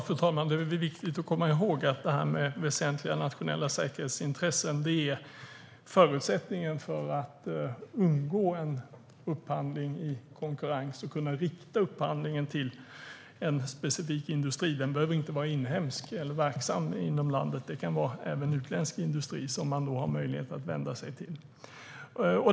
Fru talman! Det är viktigt att komma ihåg att väsentliga nationella säkerhetsintressen är förutsättningen för att undgå en upphandling i konkurrens och kunna rikta upphandlingen till en specifik industri. Den behöver inte vara inhemsk eller verksam inom landet. Det kan även vara utländsk industri som man har möjlighet att vända sig till.